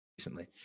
recently